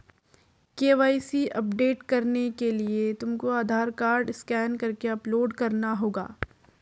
KYC update करने के लिए तुमको आधार कार्ड स्कैन करके अपलोड करना होगा